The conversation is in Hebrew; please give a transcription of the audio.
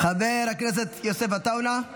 חבר הכנסת גלעד קריב,